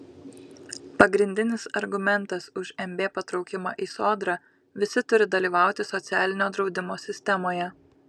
pagrindinis argumentas už mb patraukimą į sodrą visi turi dalyvauti socialinio draudimo sistemoje